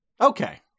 Okay